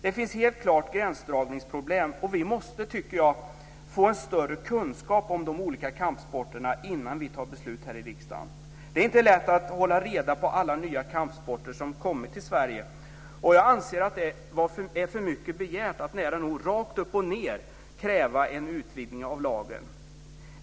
Det finns helt klart gränsdragningsproblem, och vi måste, tycker jag, få en större kunskap om de olika kampsporterna innan vi fattar beslut här i riksdagen. Det är inte lätt att hålla reda på alla nya kampsporter som har kommit till Sverige, och jag anser att det är för mycket begärt att nära nog rakt upp och ned kräva en utvidgning av lagen.